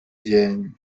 dzień